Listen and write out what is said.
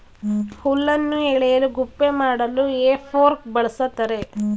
ಹುಲ್ಲನ್ನು ಎಳೆಯಲು ಗುಪ್ಪೆ ಮಾಡಲು ಹೇ ಫೋರ್ಕ್ ಬಳ್ಸತ್ತರೆ